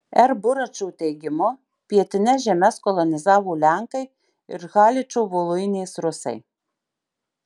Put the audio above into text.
r buračo teigimu pietines žemes kolonizavo lenkai ir haličo voluinės rusai